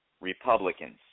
Republicans